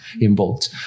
involved